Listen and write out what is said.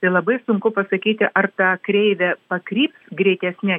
tai labai sunku pasakyti ar ta kreivė pakryps greitesne